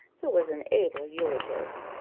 who was an able eulogist,